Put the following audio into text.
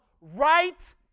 right